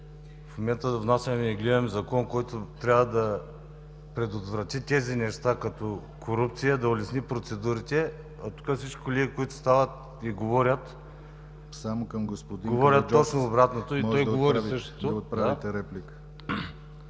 В момента внасяме и гледаме Закон, който трябва да предотврати тези неща като корупция, да улесни процедурите, а тук всички колеги, които стават и говорят, говорят точно обратното.